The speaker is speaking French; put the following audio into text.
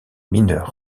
mineurs